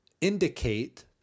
indicate